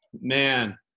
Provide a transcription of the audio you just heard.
Man